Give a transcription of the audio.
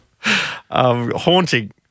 Haunting